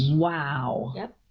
wow! yep.